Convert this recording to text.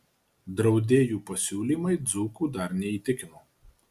draudėjų pasiūlymai dzūkų dar neįtikino